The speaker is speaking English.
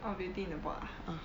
oh beauty in the pot uh